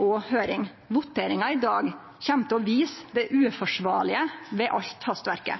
og høyring. Voteringa i dag kjem til å vise det uforsvarlege ved alt hastverket.